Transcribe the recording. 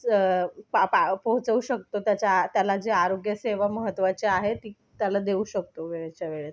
पा पा पोहोचवू शकतो त्याच्या त्याला जे आरोग्यसेवा महत्त्वाची आहे ती त्याला देऊ शकतो वेळेच्या वेळेत